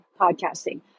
podcasting